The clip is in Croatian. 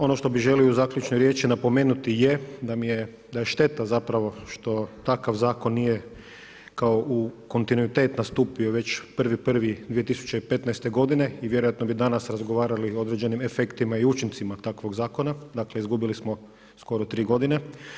Ono što bih želio u zaključnoj riječi napomenuti je da mi je, da je šteta zapravo što takav zakon nije kao kontinuitet nastupio već 1.1.2015. godine i vjerojatno bi danas razgovarali o određenim efektima i učincima takvog zakona, dakle izgubili smo skoro 3 godine.